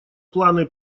планы